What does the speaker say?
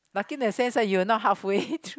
lucky in the sense that you were not halfway through